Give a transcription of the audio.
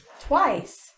Twice